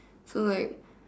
so like